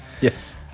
Yes